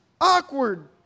awkward